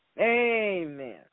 Amen